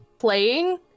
playing